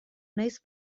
naiz